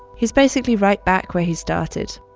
he's basically right back where he started,